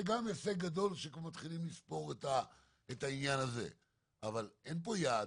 זה גם הישג גדול שמתחילים לספור את העניין הזה אבל אין פה יעד,